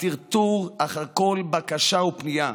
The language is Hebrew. הטרטור אחר כל בקשה ופנייה,